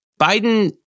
Biden